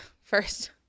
first